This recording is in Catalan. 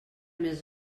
més